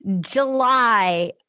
July